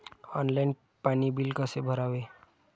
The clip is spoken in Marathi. ऑनलाइन पाणी बिल कसे भरावे?